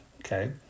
okay